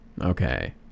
okay